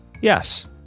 Yes